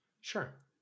Sure